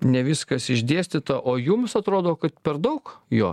ne viskas išdėstyta o jums atrodo kad per daug jo